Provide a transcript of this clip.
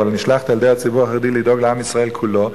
אבל נשלחתי על-ידי הציבור החרדי לדאוג לעם ישראל כולו,